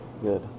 good